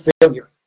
failure